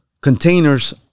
containers